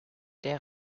der